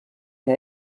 que